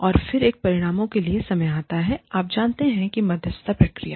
और फिर जब परिणामों के लिए समय आता है आप जानते हैं यह है मध्यस्थता प्रक्रिया